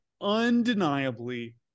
undeniably